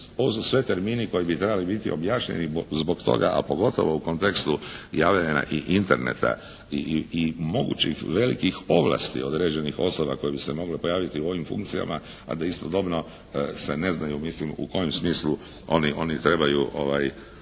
Ovo su termini koji bi trebali biti objašnjeni zbog toga, a pogotovo u kontekstu javljanja i interneta i mogućih velikih ovlasti određenih osoba koje bi se moglo pojaviti u ovim funkcijama, a da istodobno se neznaju u kojem smislu oni trebaju